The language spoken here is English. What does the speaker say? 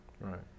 right